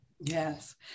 Yes